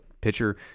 pitcher